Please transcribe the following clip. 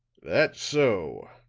that so.